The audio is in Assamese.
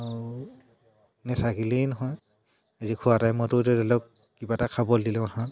নেচাগিলেই নহয় আজি খোৱা টাইমতো ধৰি লওক কিবা এটা খাব দিলেও হা